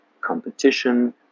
competition